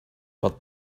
but